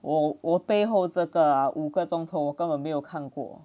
我我背后这个啊五个钟头我根本没有看过